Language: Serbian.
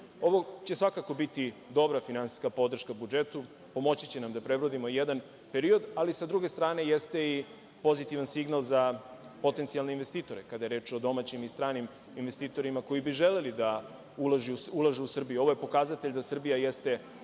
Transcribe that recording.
će svakako biti dobra finansijska podrška budžetu. Pomoći će nam da prebrodimo jedan period, ali sa druge strane jeste i pozitivan signal za potencijalne investitore, kada je reč o domaćim i stranim investitorima koji bi želeli da ulažu u Srbiju. Ovo je pokazatelj da Srbija jeste